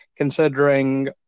considering